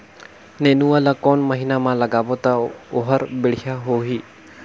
नेनुआ ला कोन महीना मा लगाबो ता ओहार बेडिया होही?